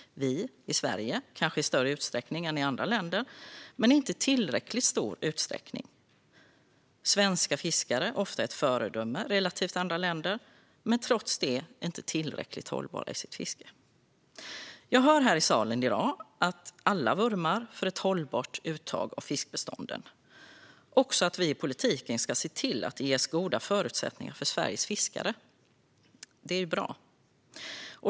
Vi i Sverige kanske gör det i större utsträckning än andra länder i EU, men inte i tillräckligt stor utsträckning. Svenska fiskare är ofta ett föredöme i relation till andra länder, men trots detta är de inte tillräckligt hållbara i sitt fiske. Jag hör här i salen i dag att alla vurmar för ett hållbart uttag av fiskbestånden, liksom att vi i politiken ska se till att det ges goda förutsättningar för Sveriges fiskare. Det är bra.